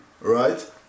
right